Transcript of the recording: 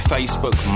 Facebook